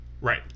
right